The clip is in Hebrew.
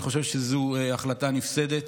אני חושב שזו החלטה נפסדת,